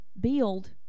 build